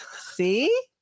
See